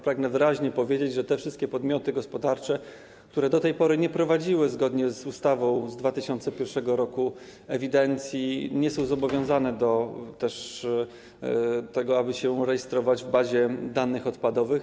Pragnę wyraźnie powiedzieć, że te wszystkie podmioty gospodarcze, które do tej pory nie prowadziły ewidencji zgodnie z ustawą z 2001 r., nie są zobowiązane do tego, aby się rejestrować w bazie danych odpadowych.